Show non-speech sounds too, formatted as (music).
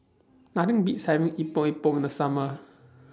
Nothing Beats having Epok Epok in The Summer (noise)